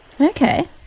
Okay